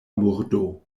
murdo